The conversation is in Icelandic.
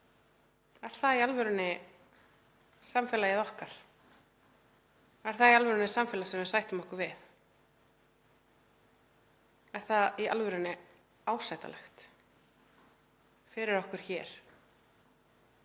Er það í alvörunni samfélagið okkar? Er það í alvörunni samfélag sem við sættum okkur við? Er það í alvörunni ásættanlegt fyrir okkur hér